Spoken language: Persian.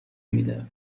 میده